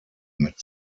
mit